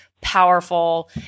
powerful